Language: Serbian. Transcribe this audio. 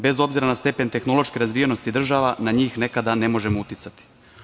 Bez obzira na stepen tehnološke razvijenosti država, na njih nekada ne možemo uticati.